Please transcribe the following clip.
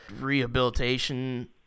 rehabilitation